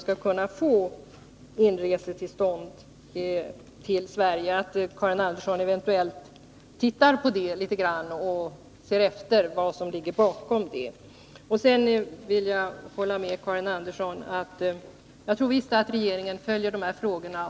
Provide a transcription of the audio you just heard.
Jag hoppas att inresetillstånd skall kunna beviljas i samband med en ny ansökan och att Karin Andersson ser på det här ärendet och undersöker vad som ligger bakom avslaget. Jag vill hålla med Karin Andersson när det gäller den svenska regeringens handläggning av de här frågorna.